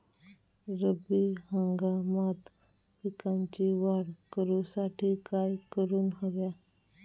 रब्बी हंगामात पिकांची वाढ करूसाठी काय करून हव्या?